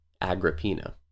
Agrippina